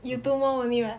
you two more only [what]